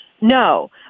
no